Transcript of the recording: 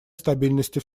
стабильности